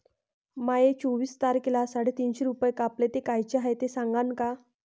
माये चोवीस तारखेले साडेतीनशे रूपे कापले, ते कायचे हाय ते सांगान का?